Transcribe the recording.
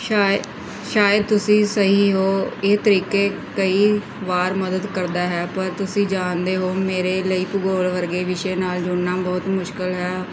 ਸ਼ਾਇਦ ਸ਼ਾਇਦ ਤੁਸੀਂ ਸਹੀ ਹੋ ਇਹ ਤਰੀਕਾ ਕਈ ਵਾਰ ਮਦਦ ਕਰਦਾ ਹੈ ਪਰ ਤੁਸੀਂ ਜਾਣਦੇ ਹੋ ਮੇਰੇ ਲਈ ਭੂਗੋਲ ਵਰਗੇ ਵਿਸ਼ੇ ਨਾਲ ਜੁੜਨਾ ਬਹੁਤ ਮੁਸ਼ਕਲ ਹੈ